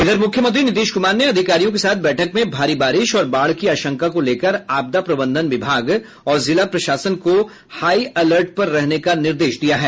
इधर मुख्यमंत्री नीतीश कुमार ने अधिकारियों के साथ बैठक में भारी बारिश और बाढ़ की आशंका को लेकर आपदा प्रबंधन विभाग और जिला प्रशासन को हाई अलर्ट पर रहने का निर्देश दिया है